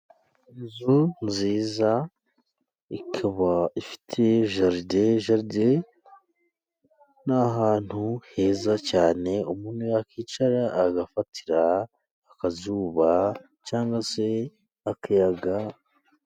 Inzu nziza ikaba ifite jaride. Jaride ni ahantu heza cyane umuntu yakicara agafatira akazuba cyangwa se akayaga.